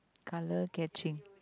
color catching